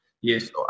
Yes